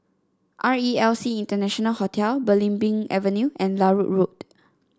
R E L C International Hotel Belimbing Avenue and Larut Road